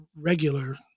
regular